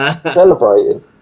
celebrating